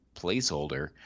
placeholder